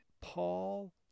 paul